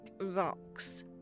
rocks